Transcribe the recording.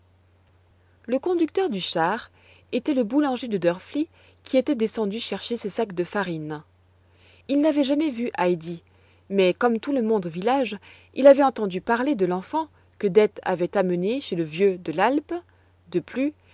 le conducteur du char était le boulanger de drfli qui était descendu chercher ses sacs de farine il n'avait jamais vu heidi mais comme tout le monde au village il avait entendu parler de l'enfant que dete avait amenée chez le vieux de l'alpe de plus